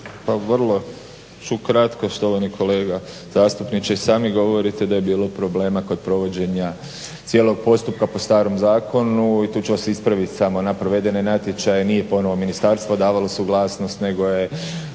Pa vrlo ću kratko štovani kolega zastupniče. I sami govorite da je bilo problema kod provođenja cijelog postupka po starom zakonu i tu ću vas samo ispraviti na provedene natječaje nije ponovno Ministarstvo davalo suglasnost nego je